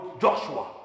Joshua